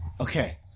Okay